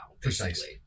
Precisely